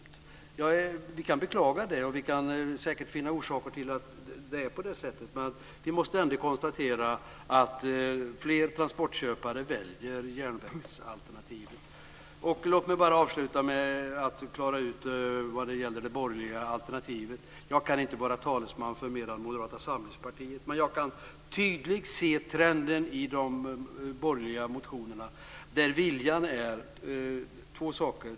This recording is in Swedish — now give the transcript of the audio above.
Vi kan beklaga det, och vi kan säkert finna orsaker till att det är på det sättet. Men vi måste ändå konstatera att fler transportköpare väljer järnvägsalternativet. Låt mig avsluta med att klara ut det borgerliga alternativet. Jag kan inte vara talesman för fler än Moderata samlingspartiet. Men jag kan tydligt se trenden i de borgerliga motionerna där man vill två saker.